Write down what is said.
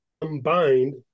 combined